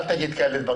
אל תגיד דברים כאלה.